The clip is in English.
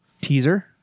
teaser